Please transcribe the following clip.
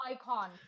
icon